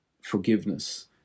forgiveness